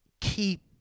keep